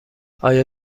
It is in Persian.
آیا